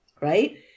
Right